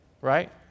Right